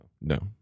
No